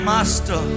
Master